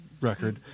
record